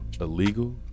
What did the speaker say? illegal